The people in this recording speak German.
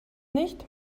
nicht